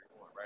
Right